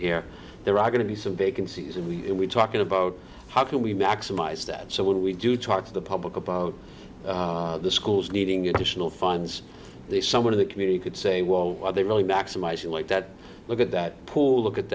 here there are going to be some big in season we are talking about how can we maximize that so when we do talk to the public about the schools needing additional funds they someone of the community could say well are they really maximizing like that look at that pool look at